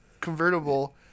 convertible